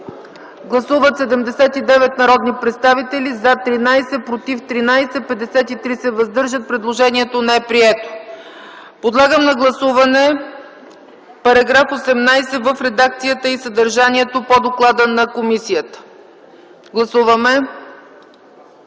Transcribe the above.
Гласували 79 народни представители: за 13, против 13, въздържали се 53. Предложението не е прието. Подлагам на гласуване § 18 в редакцията и съдържанието по доклада на комисията. Гласували